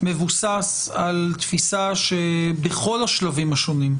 מבוסס על תפיסה שבכל השלבים הראשונים,